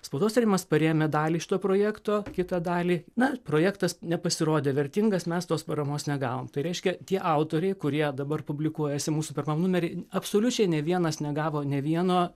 spaudos rėmimas parėmė dalį šito projekto kitą dalį na projektas nepasirodė vertingas mes tos paramos negavom tai reiškia tie autoriai kurie dabar publikuojasi mūsų pirmam numery absoliučiai nė vienas negavo nė vieno